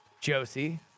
Josie